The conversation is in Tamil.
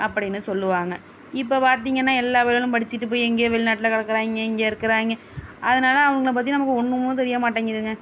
அப்படின்னு சொல்லுவாங்க இப்போ பார்த்திங்கன்னா எல்லா பயலுவோலும் படித்திட்டு போய் எங்கேயோ வெளிநாட்டில் கிடக்குறாங்கே இங்கே இருக்குறாங்க அதுனால அவனுங்களை பற்றி நமக்கு ஒன்றுமே தெரிய மாட்டேங்கிதுங்க